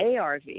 ARV